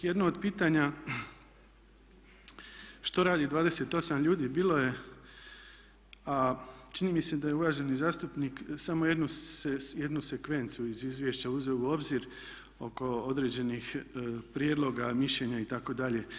Jedno od pitanja što radi 28 ljudi bilo je, a čini mi se da je uvaženi zastupnik samo jednu sekvencu iz izvješća uzeo u obzir oko određenih prijedloga, mišljenja itd.